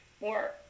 more